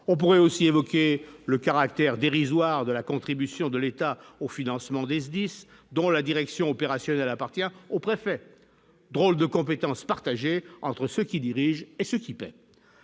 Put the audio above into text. on pourrait aussi évoquer le caractère dérisoire de la contribution de l'État au financement des SDIS, dont la direction opérationnelle appartient au préfet, drôle de compétence partagée entre ceux qui dirigent et ceux qui paient